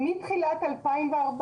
מתחילת 2014,